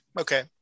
okay